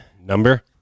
Number